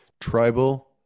tribal